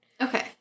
Okay